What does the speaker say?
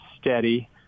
steady